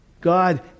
God